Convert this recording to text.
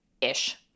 ish